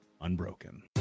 Unbroken